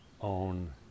own